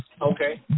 Okay